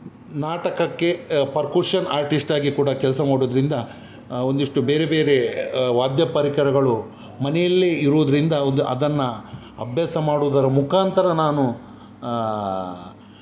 ನಾಟಕಕ್ಕೆ ಪರ್ಕುಶನ್ ಆರ್ಟಿಸ್ಟಾಗಿ ಕೂಡ ಕೆಲಸ ಮಾಡುವುದ್ರಿಂದ ಒಂದಿಷ್ಟು ಬೇರೆ ಬೇರೆ ವಾದ್ಯ ಪರಿಕರಗಳು ಮನೆಯಲ್ಲಿ ಇರೋದರಿಂದ ಒಂದು ಅದನ್ನು ಅಭ್ಯಾಸ ಮಾಡುವುದರ ಮುಖಾಂತರ ನಾನು